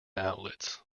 outlets